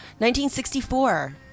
1964